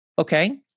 Okay